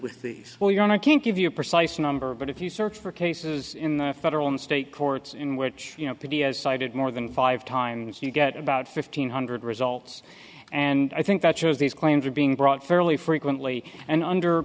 with these well you don't i can't give you a precise number but if you search for cases in the federal and state courts in which you know that he has cited more than five times you get about fifteen hundred results and i think that shows these claims are being brought fairly frequently and under